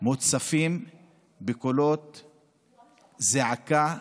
אנחנו מוצפים בקולות זעקה,